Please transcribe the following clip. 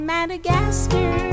Madagascar